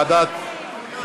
לוועדת החוקה,